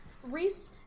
Reese